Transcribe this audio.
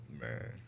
man